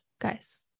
guys